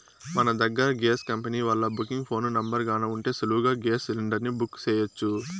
మన దగ్గర gas company వాల్ల బుకింగ్ ఫోను నెంబరు గాన ఉంటే సులువుగా గేస్ సిలిండర్ని బుక్ సెయ్యొచ్చు